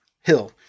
Hill